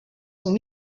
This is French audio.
sont